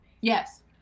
Yes